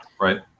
right